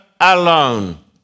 Alone